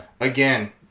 Again